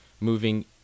moving